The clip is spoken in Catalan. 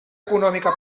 econòmica